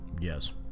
yes